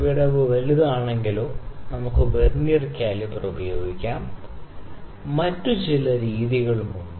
വിടവ് വലുതാണെങ്കിലോ നമുക്ക് വെർനിയർ കാലിപ്പർ ഉപയോഗിക്കാം മറ്റ് ചില രീതികളും ഉണ്ട്